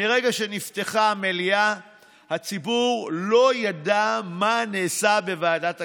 מרגע שנפתחה המליאה הציבור לא ידע מה נעשה בוועדת הכספים,